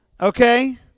Okay